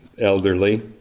elderly